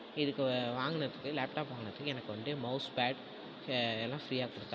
இதுக்கு வாங்குனத்துக்கு லேப்டாப் வாங்குனத்துக்கு எனக்கு வந்து மவுஸ்பேட் எல்லாம் ஃப்ரியாக கொடுத்தாங்க